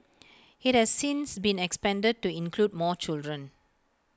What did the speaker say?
IT has since been expanded to include more children